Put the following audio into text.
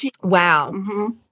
Wow